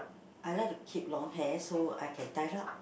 I like to keep long hair so I can tie up